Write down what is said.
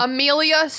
Amelia